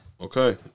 Okay